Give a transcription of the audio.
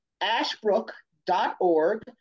ashbrook.org